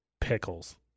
pickles